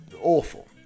awful